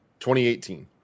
2018